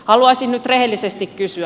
haluaisin nyt rehellisesti kysyä